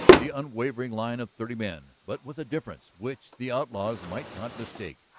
the unwavering line of thirty men, but with a difference which the outlaws might not mistake.